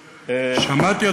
שמעתי,